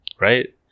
Right